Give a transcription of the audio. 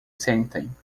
sentem